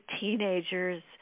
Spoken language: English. teenagers